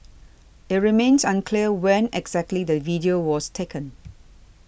it remains unclear when exactly the video was taken